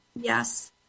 Yes